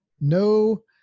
no